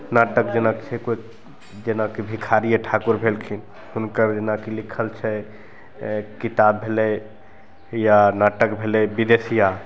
नाटक जेनाकि छै कोइ जेनाकि भिखारिये ठाकुर भेलखिन हुनकर जेनाकि लिखल छै किताब भेलय या नाटक भेलय विदेसिया